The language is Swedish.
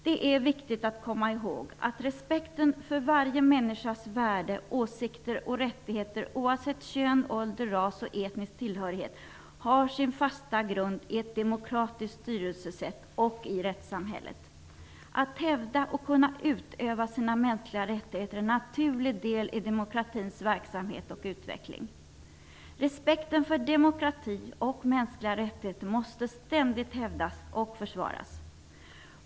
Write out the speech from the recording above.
Det är viktigt att komma ihåg att respekten för varje människas värde, åsikter och rättigheter -- oavsett kön, ålder, ras och etnisk tillhörighet -- har sin fasta grund i ett demokratiskt styrelsesätt och i rättssamhället. Att man kan hävda och utöva sina mänskliga rättigheter är en naturlig del i demokratins verksamhet och utveckling. Respekten för demokrati och mänskliga rättigheter måste ständigt hävdas och försvaras.